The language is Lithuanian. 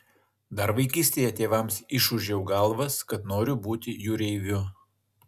dar vaikystėje tėvams išūžiau galvas kad noriu būti jūreiviu